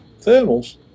Thermals